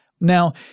Now